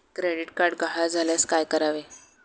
Credit card गहाळ झाल्यास काय करावे?